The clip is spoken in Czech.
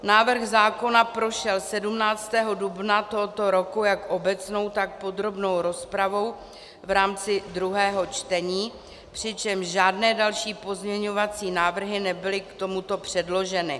Návrh zákona prošel 17. dubna tohoto roku jak obecnou, tak podrobnou rozpravou v rámci druhého čtení, přičemž žádné další pozměňovacími návrhy nebyly k tomuto předloženy.